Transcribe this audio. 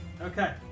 Okay